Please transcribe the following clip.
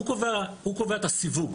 הוא קובע את הסיווג.